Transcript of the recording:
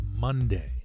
Monday